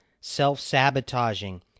self-sabotaging